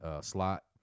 slot